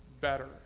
better